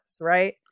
Right